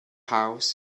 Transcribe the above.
house